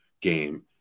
game